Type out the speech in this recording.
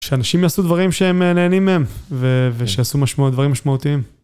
שאנשים יעשו דברים שהם נהנים מהם ושיעשו דברים משמעותיים.